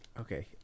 okay